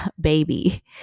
baby